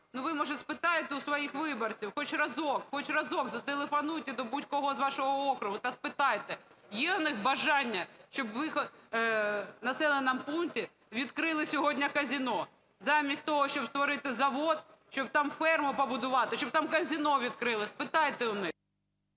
Ви, може, спитаєте у своїх виборців хоч разок, хоч разок зателефонуйте до будь-кого з вашого округу та спитайте є них бажання, щоб в їх населеному пункті відкрили сьогодні казино замість того, щоб створити завод, щоб там ферму побудувати, щоб там казино відкрили. Спитайте у них.